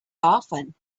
often